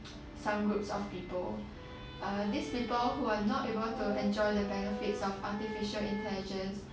some groups of people uh these people who are not able to enjoy the benefits of artificial intelligence